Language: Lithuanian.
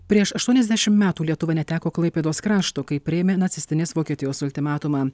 prieš aštuoniasdešimt metų lietuva neteko klaipėdos krašto kai priėmė nacistinės vokietijos ultimatumą